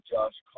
Josh